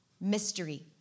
mystery